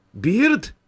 beard